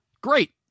great